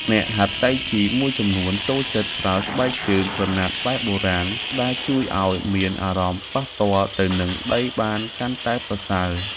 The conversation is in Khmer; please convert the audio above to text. អ្នកហាត់តៃជីមួយចំនួនចូលចិត្តប្រើស្បែកជើងក្រណាត់បែបបុរាណ ដែលជួយឱ្យមានអារម្មណ៍ប៉ះផ្ទាល់ទៅនឹងដីបានកាន់តែប្រសើរ។